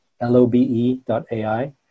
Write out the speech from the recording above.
L-O-B-E.ai